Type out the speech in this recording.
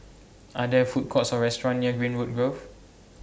Are There Food Courts Or restaurants near Greenwood Grove